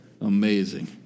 amazing